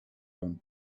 round